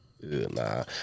Nah